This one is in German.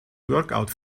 workout